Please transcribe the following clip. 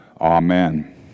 Amen